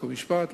חוק ומשפט,